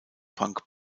punk